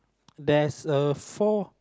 there's a four